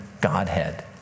Godhead